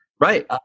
Right